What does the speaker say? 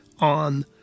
on